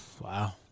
Wow